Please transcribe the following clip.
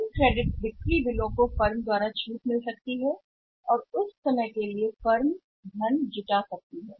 उन क्रेडिट बिक्री bill firm द्वारा छूट प्राप्त की जा सकती है और समय के लिए फर्म धन जुटा सकती है